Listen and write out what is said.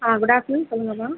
ஆ good afternoon சொல்லுங்கம்மா